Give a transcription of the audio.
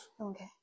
Okay